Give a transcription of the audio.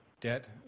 debt